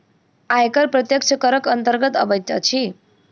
आयकर प्रत्यक्ष करक अन्तर्गत अबैत अछि